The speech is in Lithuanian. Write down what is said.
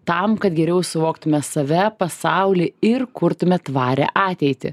tam kad geriau suvoktume save pasauly ir kurtume tvarią ateitį